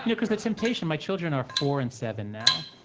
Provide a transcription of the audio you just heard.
yeah because the temptation my children are four and seven now,